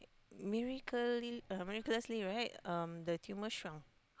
miracly miraculously right uh the tumor shrunk